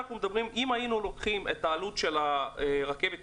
אם היינו לוקחים את העלות של הרכבת התחתית,